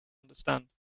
understand